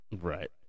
Right